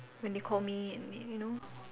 when they call me and you know